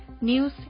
news